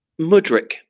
Mudrick